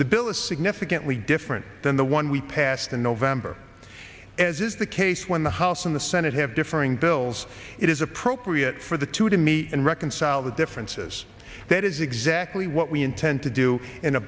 the bill is significantly different than the one we passed in november as is the case when the house in the senate have differing bills it is appropriate for the two to meet and reconcile the differences that is exactly what we intend to do in a